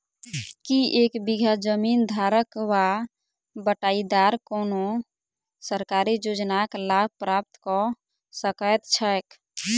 की एक बीघा जमीन धारक वा बटाईदार कोनों सरकारी योजनाक लाभ प्राप्त कऽ सकैत छैक?